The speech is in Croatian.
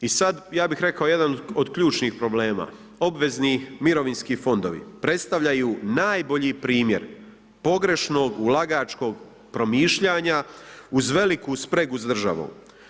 I sad ja bih rekao jedan od ključnih problema, obvezni mirovinski fondovi, predstavljaju najbolji primjer pogrešno ulagačkog promišljanja uz veliku spregu s državom.